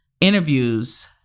interviews